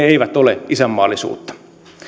eivät ole isänmaallisuutta